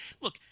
look